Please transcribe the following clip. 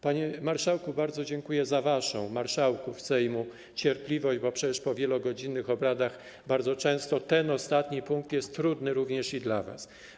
Panie marszałku, bardzo dziękuję za waszą, marszałków Sejmu, cierpliwość, bo przecież po wielogodzinnych obradach bardzo często ten ostatni punkt jest trudny również dla was.